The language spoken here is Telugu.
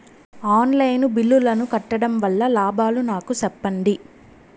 ఆన్ లైను బిల్లుల ను కట్టడం వల్ల లాభాలు నాకు సెప్పండి?